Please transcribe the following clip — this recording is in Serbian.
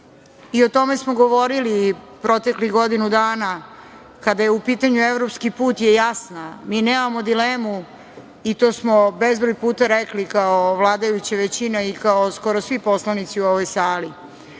i o tome smo govorili proteklih godina dana kada je u pitanju evropski put je jasna. Mi nemamo dilemu, i smo bezbroj puta rekli kao vladajuća većina i kao skoro svi poslanici u ovoj sali,